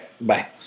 bye